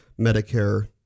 Medicare